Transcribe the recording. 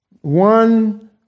one